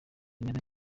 meza